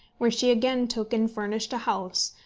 where she again took and furnished a house,